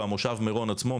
והמושב מירון עצמו,